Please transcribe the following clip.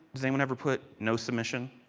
does anyone ever put no submission?